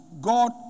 God